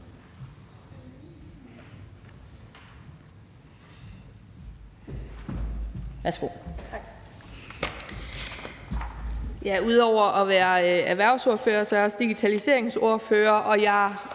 Ud over at være erhvervsordfører er jeg også digitaliseringsordfører,